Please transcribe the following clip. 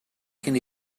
cyn